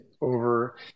over